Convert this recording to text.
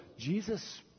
Jesus